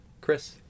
Chris